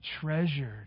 treasured